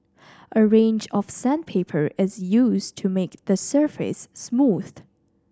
a range of sandpaper is used to make the surface smooth